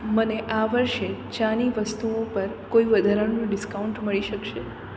મને આ વર્ષે ચાની વસ્તુઓ પર કોઈ વધારાનું ડિસ્કાઉન્ટ મળી શકશે